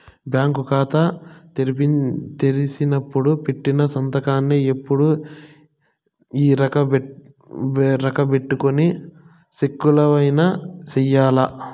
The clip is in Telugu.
బ్యాంకు కాతా తెరిసినపుడు పెట్టిన సంతకాన్నే ఎప్పుడూ ఈ ఎరుకబెట్టుకొని సెక్కులవైన సెయ్యాల